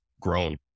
grown